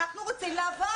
אנחנו רוצים לעבוד.